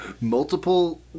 Multiple